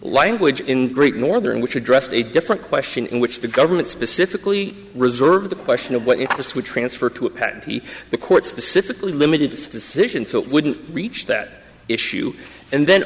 language in great northern which addressed a different question in which the government specifically reserve the question of what interest would transfer to a pad the court specifically limited decision so it wouldn't reach that issue and then